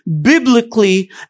biblically